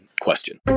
question